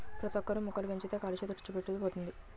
ప్రతోక్కరు మొక్కలు పెంచితే కాలుష్య తుడిచిపెట్టుకు పోతది